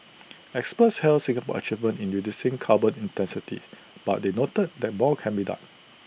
experts hailed Singapore's achievement in reducing carbon intensity but they noted that more can be done